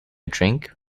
drink